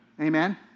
Amen